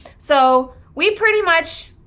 so we pretty much,